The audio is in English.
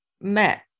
met